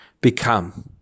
become